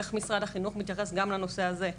איך משרד החינוך מתייחס גם לנושא הזה,